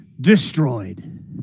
destroyed